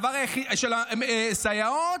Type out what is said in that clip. הסייעות.